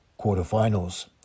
quarterfinals